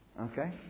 Okay